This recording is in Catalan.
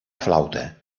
flauta